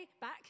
back